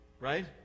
Right